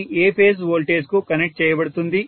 ఇది A phase voltage కు connect చేయబడుతుంది